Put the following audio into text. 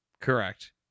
Correct